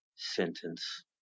sentence